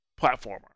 platformer